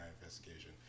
investigation